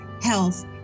health